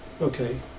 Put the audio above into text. okay